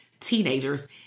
Teenagers